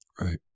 Right